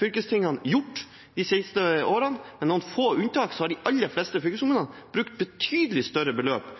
fylkestingene gjort de siste årene. Med noen få unntak har de aller fleste fylkeskommunene brukt betydelig større beløp